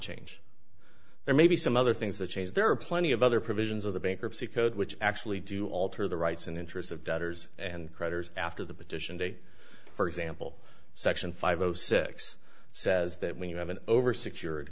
change there may be some other things such as there are plenty of other provisions of the bankruptcy code which actually do alter the rights and interests of debtors and creditors after the petition date for example section five zero six says that when you have an over secured